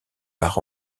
par